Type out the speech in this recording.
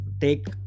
take